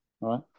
right